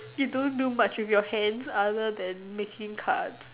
you don't do much with your hands other than making cards